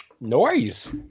Noise